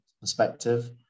perspective